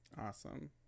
Awesome